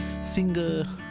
singer